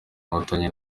n’inkotanyi